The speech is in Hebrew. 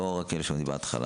לא רק כאלה שלומדים בהתחלה.